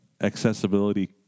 accessibility